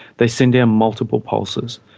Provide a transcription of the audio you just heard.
they send down multiple pulses,